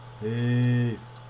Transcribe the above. peace